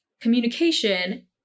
communication